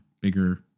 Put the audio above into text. bigger